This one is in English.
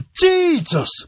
Jesus